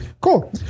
cool